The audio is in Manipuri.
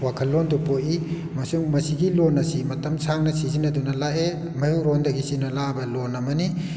ꯋꯥꯈꯜꯂꯣꯟꯗꯨ ꯄꯣꯛꯏ ꯑꯃꯁꯨꯡ ꯃꯁꯤꯒꯤ ꯂꯣꯟ ꯑꯁꯤ ꯃꯇꯝ ꯁꯥꯡꯅ ꯁꯤꯖꯤꯟꯅꯗꯨꯅ ꯂꯥꯛꯑꯦ ꯃꯩꯍꯧꯔꯣꯟꯗꯒꯤ ꯁꯤꯖꯤꯟꯅꯗꯨꯅ ꯂꯥꯛꯂꯕ ꯂꯣꯟ ꯑꯃꯅꯤ